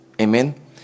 amen